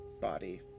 body